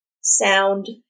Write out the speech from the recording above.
sound